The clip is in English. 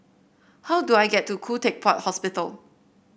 how do I get to Khoo Teck Puat Hospital